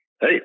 Hey